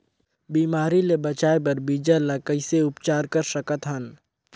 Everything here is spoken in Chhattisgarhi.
बिमारी ले बचाय बर बीजा ल कइसे उपचार कर सकत हन?